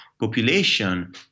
population